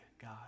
God